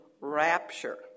rapture